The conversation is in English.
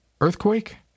Earthquake